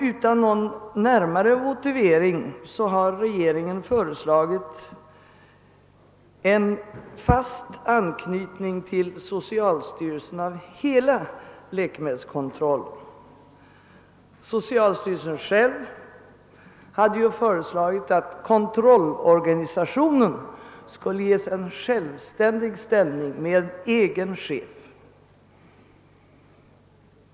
Utan någon närmare motivering har emellertid regeringen föreslagit en fast anknytning till socialstyrelsen av hela läkemedelskontrollen, trots att socialstyrelsen själv hade föreslagit att åt kontrollorganisa tionen skulle ges en självständig ställning med egen chef.